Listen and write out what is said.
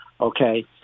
Okay